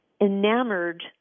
Enamored